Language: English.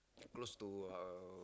close to uh